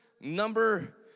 number